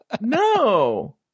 no